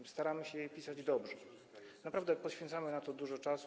My staramy się je pisać dobrze, naprawdę poświęcamy na to dużo czasu.